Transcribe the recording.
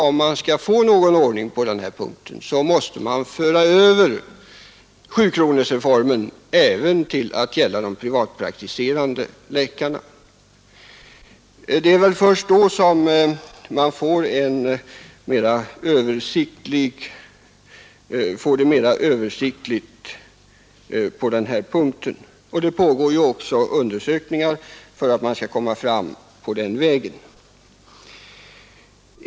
Om vi skall få någon ordning på den här punkten, måste vi föra över sjukronorsreformen till att gälla även de privatpraktiserande läkarna. Först då får vi ett översiktligt system. Det pågår ju också undersökningar för att komma fram på den vägen.